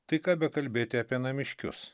tai ką bekalbėti apie namiškius